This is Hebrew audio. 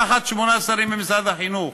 תחת שמונה שרים במשרד החינוך,